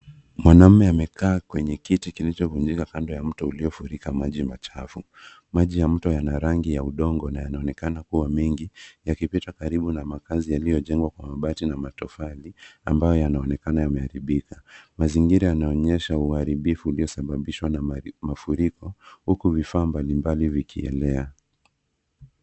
Mwanaume amekaa kwenye kiti kilichovunjika kando ya mto uliofurika maji machafu. Maji ya mto yana rangi ya udongo na yanaonekana kuwa mengi, yakipita karibu na makazi yaliyojengwa kwa mabati na matofali ambayo yanaonekana yameharibika. Mazingira yanaonyesha uharibifu uliyosababishwa na mafuriko huku vifaa mbalimbali vikielea.